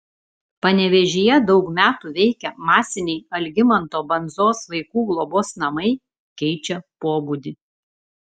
panevėžyje daug metų veikę masiniai algimanto bandzos vaikų globos namai keičia pobūdį